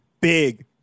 Big